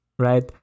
right